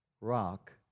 Rock